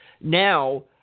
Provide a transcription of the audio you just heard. Now